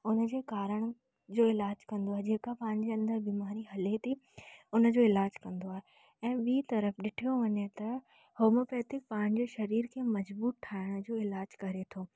उन जो कारण जे इलाज कंदो आहे जेका पंहिंजे अंंदरु बीमारी हले थी उन जो इलाज कंदो आहे ऐं ॿी तर्फ़ु ॾिठो वञे त होमियोपैथिक पाण जे शरीर खे मज़बूत ठाहिण जो इलाज करे थो